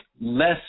less